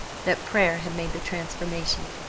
that prayer had made the transformation,